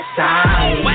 side